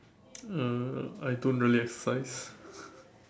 uh I don't really exercise